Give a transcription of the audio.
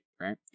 right